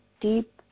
deep